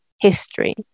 history